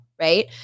right